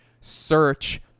search